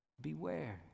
Beware